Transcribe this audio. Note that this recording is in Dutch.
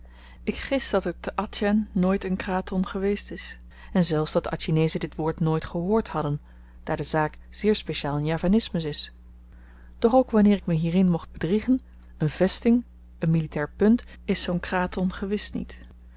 ik gis dat er te atjin nooit n kraton geweest is en zelfs dat de atjinezen dit woord nooit gehoord hadden daar de zaak zeer speciaal n javanismus is doch ook wanneer ik me hierin mocht bedriegen een vesting een militair punt is zoo'n kraton gewis niet